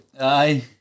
Aye